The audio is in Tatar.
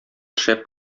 шәп